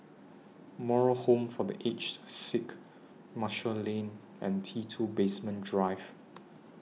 Moral Home For The Aged Sick Marshall Lane and T two Basement Drive